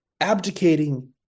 abdicating